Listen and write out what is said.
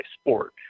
sport